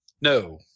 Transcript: No